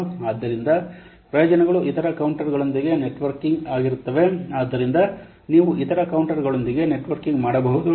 ಆದ್ದರಿಂದ ಪ್ರಯೋಜನಗಳು ಇತರ ಕೌಂಟರ್ಗಳೊಂದಿಗೆ ನೆಟ್ವರ್ಕಿಂಗ್ ಆಗಿರುತ್ತದೆ ಆದ್ದರಿಂದ ನೀವು ಇತರ ಕೌಂಟರ್ಗಳೊಂದಿಗೆ ನೆಟ್ವರ್ಕಿಂಗ್ ಮಾಡಬಹುದು